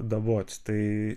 dabot tai